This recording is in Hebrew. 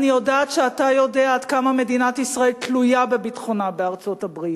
אני יודעת שאתה יודע עד כמה מדינת ישראל תלויה בביטחונה בארצות-הברית,